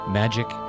magic